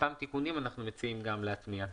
אנחנו מציעים גם להטמיע כאן.